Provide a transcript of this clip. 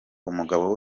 umugabo